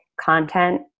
content